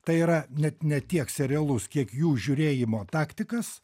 tai yra net ne tiek serialus kiek jų žiūrėjimo taktikas